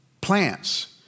plants